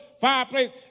fireplace